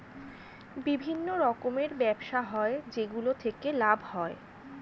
বিভিন্ন রকমের ব্যবসা হয় যেগুলো থেকে লাভ হয়